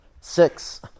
six